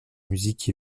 musique